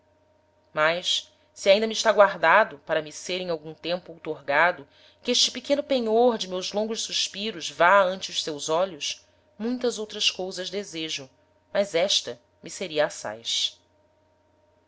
mas se ainda me está guardado para me ser em algum tempo outorgado que este pequeno penhor de meus longos suspiros vá ante os seus olhos muitas outras cousas desejo mas esta me seria